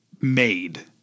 made